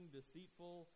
deceitful